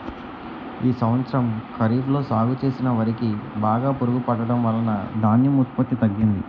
ఈ సంవత్సరం ఖరీఫ్ లో సాగు చేసిన వరి కి బాగా పురుగు పట్టడం వలన ధాన్యం ఉత్పత్తి తగ్గింది